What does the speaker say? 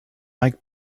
like